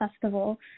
festival